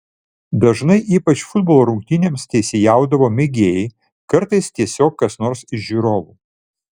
dažnai ypač futbolo rungtynėms teisėjaudavo mėgėjai kartais tiesiog kas nors iš žiūrovų